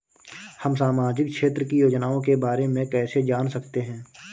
हम सामाजिक क्षेत्र की योजनाओं के बारे में कैसे जान सकते हैं?